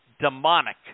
demonic